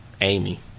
Amy